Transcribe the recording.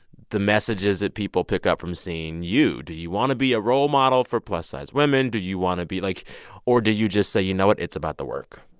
the messages that people pick up from seeing you? do you want to be a role model for plus-size women? do you want to be, like or do you just say, you know what, it's about the work?